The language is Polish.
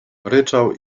ryczał